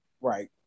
Right